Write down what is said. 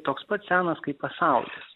toks pat senas kaip pasaulis